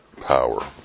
power